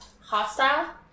hostile